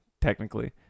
technically